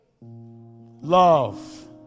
Love